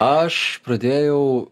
aš pradėjau